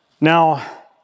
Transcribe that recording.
Now